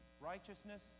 Righteousness